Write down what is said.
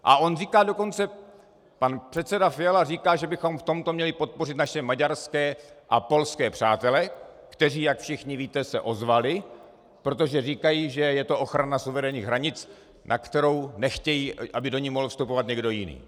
A on říká dokonce, pan předseda Fiala říká, že bychom v tomto měli podpořit naše maďarské a polské přátele, kteří, jak všichni víte, se ozvali, protože říkají, že je to ochrana suverénních hranic, na kterou nechtějí, aby mohl vstupovat někdo jiný.